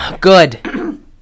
Good